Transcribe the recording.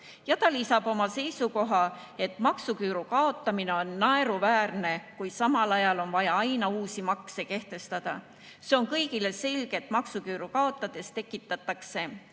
saa. Ta lisab oma seisukohas: "[‑‑‑] maksuküüru kaotamine on naeruväärne, kui samal ajal on vaja aina uusi makse kehtestada. See on kõigile selge, et maksuküüru kaotades tekitatakse